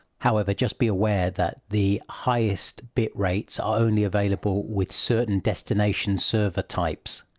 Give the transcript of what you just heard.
however, just be aware that the highest bit rates are only available with certain destination server types.